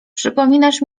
przypominasz